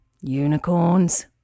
unicorns